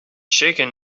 shaken